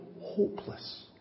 hopeless